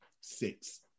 six